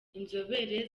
inzobere